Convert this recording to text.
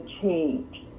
change